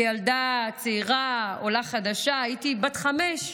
כילדה, צעירה, עולה חדשה, הייתי בת חמש,